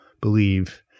believe